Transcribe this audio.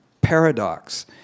paradox